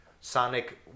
Sonic